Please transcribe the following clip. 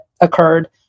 occurred